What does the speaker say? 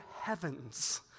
heaven's